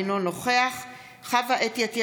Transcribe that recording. אינו נוכח חוה אתי עטייה,